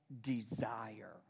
desire